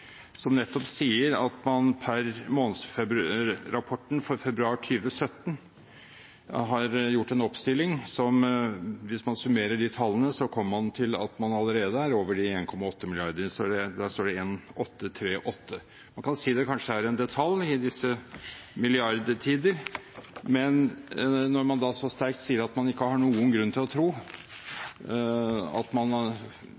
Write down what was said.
som nettopp sier at man per månedsrapporten for februar 2017 har gjort en oppstilling som, hvis man summerer de tallene, kommer til at man allerede er over de 1,8 mrd. kr. Der står det 1,838. Man kan si det kanskje er en detalj i disse milliardtider, men når man da så sterkt sier at man ikke har noen grunn til å